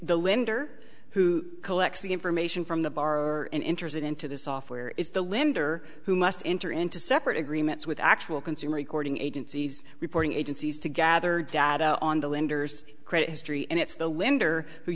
the lender who collects the information from the bar and enters into the software is the limit or who must enter into separate agreements with actual consumer recording agencies reporting agencies to gather data on the lenders credit history and it's the lender who